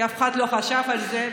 כי אף אחד לא חשב על זה,